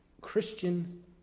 Christian